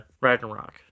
Ragnarok